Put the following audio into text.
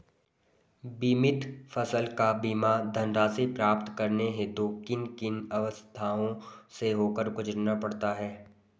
बीमित फसल का बीमा धनराशि प्राप्त करने हेतु किन किन अवस्थाओं से होकर गुजरना पड़ता है?